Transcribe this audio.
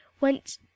went